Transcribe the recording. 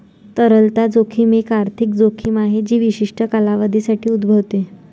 तरलता जोखीम एक आर्थिक जोखीम आहे जी विशिष्ट कालावधीसाठी उद्भवते